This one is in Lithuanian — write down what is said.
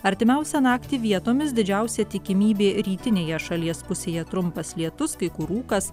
artimiausią naktį vietomis didžiausia tikimybė rytinėje šalies pusėje trumpas lietus kai kur rūkas